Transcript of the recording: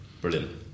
Brilliant